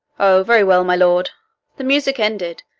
o! very well, my lord the music ended,